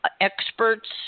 experts